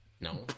No